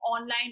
online